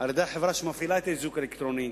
על-ידי החברה שמפעילה את האיזוק האלקטרוני,